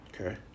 Okay